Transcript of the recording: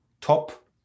top